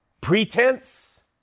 pretense